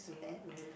mmhmm mmhmm